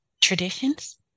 Traditions